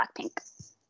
Blackpink